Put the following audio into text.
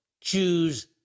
choose